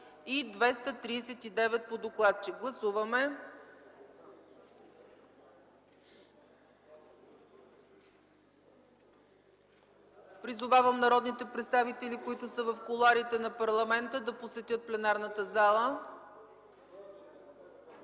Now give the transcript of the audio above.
239 по докладчик. Гласуваме! Призовавам народните представители, които са в кулоарите на парламента, да посетят пленарната зала.